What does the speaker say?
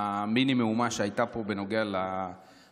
ולמיני-מהומה שהייתה פה בנוגע לתקנון,